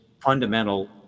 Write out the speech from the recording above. fundamental